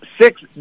six